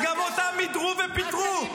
אז גם אותם מידרו ופיטרו.